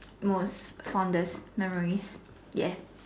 most fondest memories ya